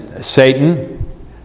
Satan